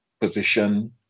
position